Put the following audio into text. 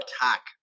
attack